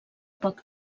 poc